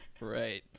right